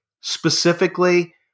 specifically